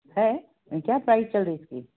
है क्या प्राइस चल रही इसकी